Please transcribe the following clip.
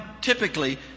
typically